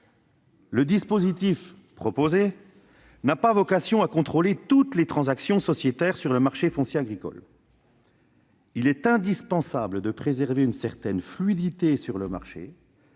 Le dispositif proposé n'a pas vocation à contrôler toutes les transactions sociétaires sur le marché foncier agricole. Il est en effet indispensable de préserver une certaine fluidité sur ce marché.